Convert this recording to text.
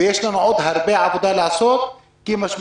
יש לנו עוד הרבה עבודה לעשות כי עלינו